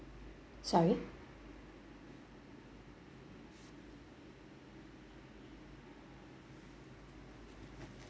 sorry